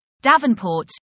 Davenport